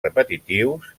repetitius